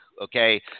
Okay